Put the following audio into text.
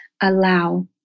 allow